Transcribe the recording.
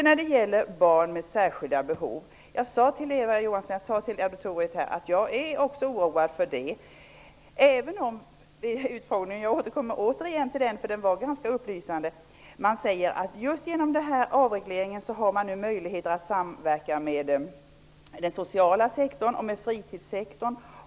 När det gäller barn med särskilda behov sade jag till Eva Johansson och till auditoriet här att jag också är oroad för det, även om man vid utfrågningen sade att man genom avregleringen har möjlighet att samverka med den sociala sektorn och fritidssektorn.